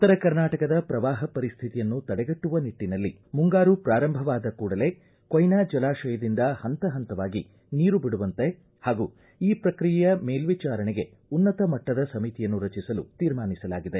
ಉತ್ತರ ಕರ್ನಾಟಕದ ಪ್ರವಾಹ ಪರಿಸ್ಥಿತಿಯನ್ನು ತಡಗಟ್ಟುವ ನಿಟ್ಟನಲ್ಲಿ ಮುಂಗಾರು ಪ್ರಾರಂಭವಾದ ಕೂಡಲೇ ಕೊಯ್ನಾ ಜಲಾಶಯದಿಂದ ಹಂತ ಹಂತವಾಗಿ ನೀರು ಬಿಡುವಂತೆ ಹಾಗೂ ಈ ಪ್ರಕ್ರಿಯೆಯ ಮೇಲ್ವಿಚಾರಣೆಗೆ ಉನ್ನತ ಮಟ್ಟದ ಸಮಿತಿಯನ್ನು ರಚಿಸಲು ತೀರ್ಮಾನಿಸಲಾಗಿದೆ